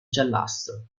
giallastro